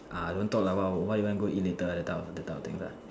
ah don't talk like what what you want to eat later that type of things lah